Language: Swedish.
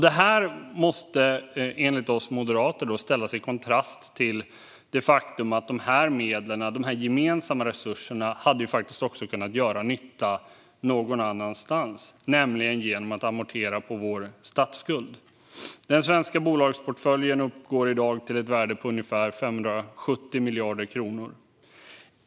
Detta måste enligt oss moderater ställas i kontrast till det faktum att dessa medel - dessa gemensamma resurser - hade kunnat göra nytta någon annanstans, nämligen genom att vi amorterar på vår statsskuld. Den svenska bolagsportföljens värde uppgår i dag till ungefär 570 miljarder kronor.